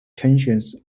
tensions